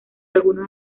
algunos